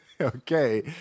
okay